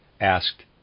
asked